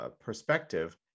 perspective